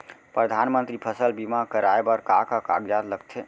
परधानमंतरी फसल बीमा कराये बर का का कागजात लगथे?